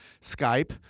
Skype